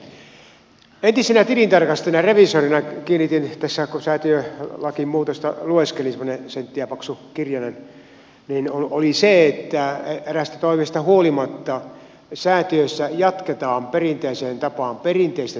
entisenä tilintarkastajana ja reviisorina kiinnitin tässä huomiota kun säätiölain muutosta lueskelin semmoinen sentin paksu kirjanen siihen että eräistä toimista huolimatta säätiöissä jatketaan perinteiseen tapaan perinteistä tilintarkastusta